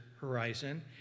Horizon